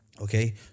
Okay